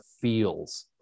feels